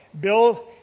Bill